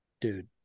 Dude